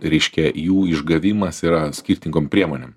reiškia jų išgavimas yra skirtingom priemonėm